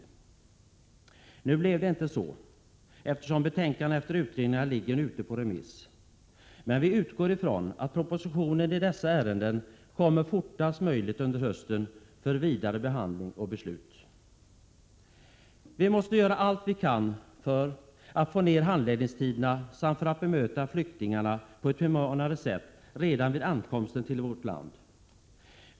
Nu blev det inte så, eftersom utredningarnas betänkanden ligger ute på remiss. Vi utgår emellertid ifrån att proposition i dessa ärenden kommer att föreläggas riksdagen fortast möjligt under hösten för vidare behandling och beslut. Vi måste göra allt vi kan för att minska handläggningstiderna samt för att bemöta flyktingarna på ett humanare sätt redan vid ankomsten till vårt land.